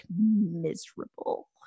miserable